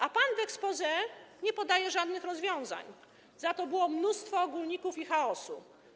A pan w exposé nie podaje żadnych rozwiązań, za to było mnóstwo ogólników i chaosu.